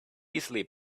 easily